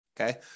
okay